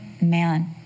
man